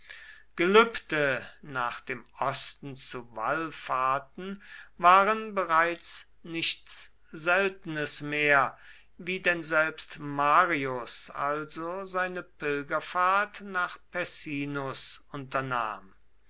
gelübde nach dem osten zu wallfahrten waren bereits nichts seltenes mehr wie denn selbst marius also seine pilgerfahrt nach